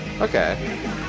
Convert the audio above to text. Okay